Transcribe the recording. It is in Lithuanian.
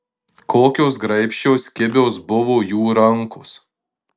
kokios graibščios kibios buvo jų rankos